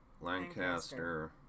Lancaster